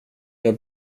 jag